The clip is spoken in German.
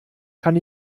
kann